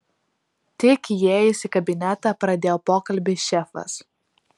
tik įėjęs į kabinetą pradėjo pokalbį šefas